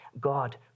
God